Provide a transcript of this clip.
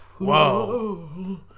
whoa